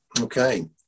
Okay